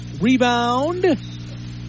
Rebound